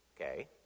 Okay